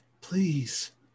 please